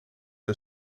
for